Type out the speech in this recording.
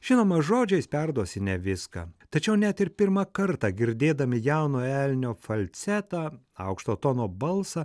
žinoma žodžiais perduosi ne viską tačiau net ir pirmą kartą girdėdami jauno elnio falcetą aukšto tono balsą